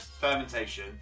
fermentation